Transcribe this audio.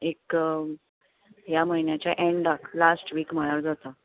एक ह्या म्हयन्याच्या एन्डाक लास्ट वीक म्हळ्यार जाता